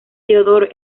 theodore